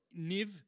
NIV